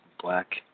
black